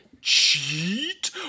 Cheat